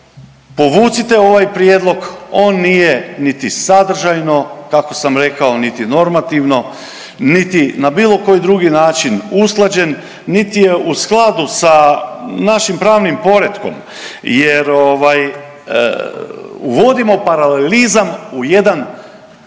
povucite ovaj prijedlog, on nije niti sadržajno kako sam rekao niti normativno, niti na bilo koji drugi način usklađen niti je u skladu sa našim pravnim poretkom. Jer uvodimo paralelizam u jedan